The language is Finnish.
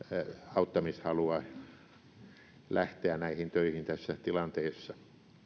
auttamishalua lähteä näihin töihin tässä tilanteessa